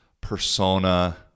persona